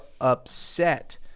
upset